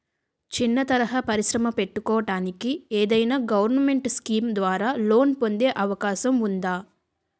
చిన్న తరహా పరిశ్రమ పెట్టుకోటానికి ఏదైనా గవర్నమెంట్ స్కీం ద్వారా లోన్ పొందే అవకాశం ఉందా?